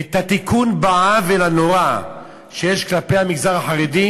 את התיקון של העוול הנורא שיש כלפי המגזר החרדי,